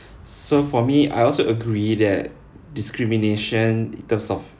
so for me I also agree that discrimination in terms of